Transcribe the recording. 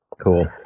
Cool